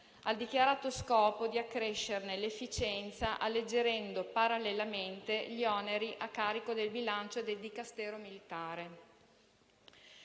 al dichiarato scopo di accrescerne l'efficienza, alleggerendo parallelamente gli oneri a carico del bilancio del Dicastero militare.